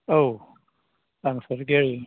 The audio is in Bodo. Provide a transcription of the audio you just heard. औ आं सफैदों